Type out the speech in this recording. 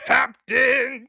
Captain